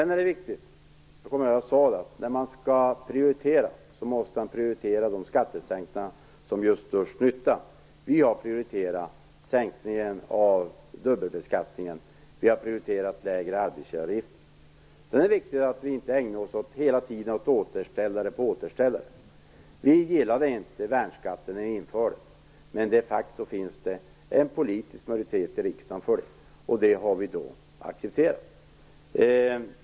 När man skall prioritera är det, som jag sade, viktigt att man prioriterar de skattesänkningar som gör störst nytta. Vi har prioriterat sänkningen av dubbelbeskattningen. Vi har prioriterat lägre arbetsgivaravgifter. Dessutom är det viktigt att vi inte hela tiden ägnar oss åt återställare. Vi gillade inte värnskatten när den infördes. Men de facto finns det en politisk majoritet i riksdagen för den. Det har vi accepterat.